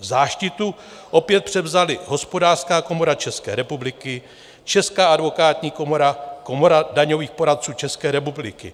Záštitu opět převzala Hospodářská komora České republiky, Česká advokátní komora a Komora daňových poradců České republiky.